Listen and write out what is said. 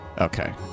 Okay